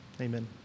Amen